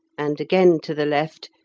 and again to the left,